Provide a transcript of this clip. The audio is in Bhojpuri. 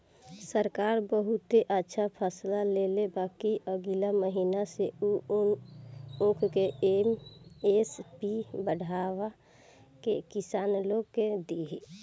सरकार बहुते अच्छा फैसला लेले बा कि अगिला महीना से उ ऊख के एम.एस.पी बढ़ा के किसान लोग के दिही